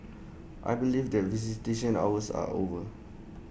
I believe that visitation hours are over